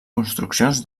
construccions